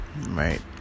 right